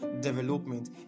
development